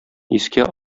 искә